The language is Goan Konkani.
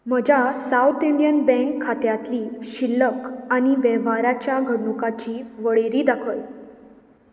म्हज्या सावत इंडियन बँक खात्यांतली शिल्लक आनी वेव्हाराच्या घडणुकांची वळेरी दाखय